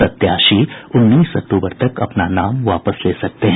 प्रत्याशी उन्नीस अक्टूबर तक अपना नाम वापस ले सकते हैं